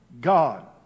God